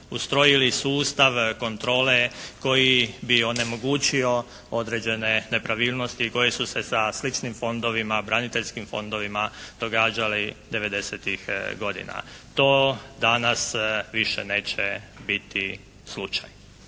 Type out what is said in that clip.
ustrojili sustav kontrole koji bi onemogućio određene nepravilnosti koje su se sa sličnim fondovima, braniteljskim fondovima događali 90-tih godina. To danas više neće biti slučaj.